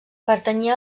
pertanyia